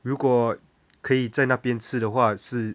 如果可以在那边吃的话是